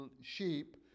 sheep